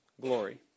glory